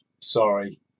sorry